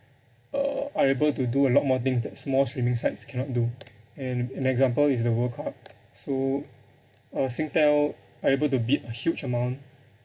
uh are able to do a lot more things that small streaming sites cannot do and an example is the world cup so uh singtel are able to bid a huge amount